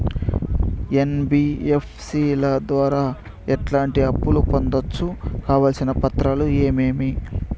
NBFC ల ద్వారా ఎట్లాంటి అప్పులు పొందొచ్చు? కావాల్సిన పత్రాలు ఏమేమి?